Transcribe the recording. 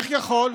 איך יכול?